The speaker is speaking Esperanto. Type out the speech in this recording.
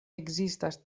ekzistas